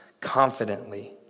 confidently